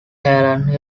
helene